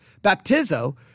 baptizo